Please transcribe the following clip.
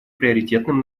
приоритетным